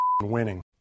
winning